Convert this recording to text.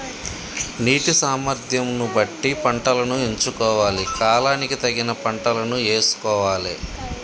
నీటి సామర్థ్యం ను బట్టి పంటలను ఎంచుకోవాలి, కాలానికి తగిన పంటలను యేసుకోవాలె